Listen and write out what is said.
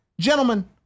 Gentlemen